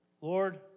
Lord